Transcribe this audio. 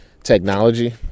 technology